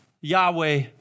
Yahweh